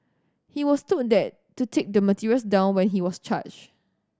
he was told that to take the materials down when he was charged